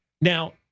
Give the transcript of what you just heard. Now-